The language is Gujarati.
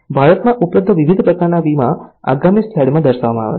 ભારતમાં ઉપલબ્ધ વિવિધ પ્રકારના વીમા આગામી સ્લાઇડમાં દર્શાવવામાં આવ્યા છે